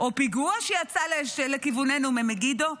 או פיגוע שיצא לכיווננו ממגידו,